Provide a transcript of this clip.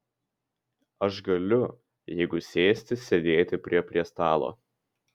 aš galiu jeigu sėsti sėdėti prie prie stalo